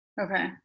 Okay